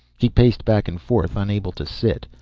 he paced back and forth, unable to sit.